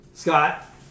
Scott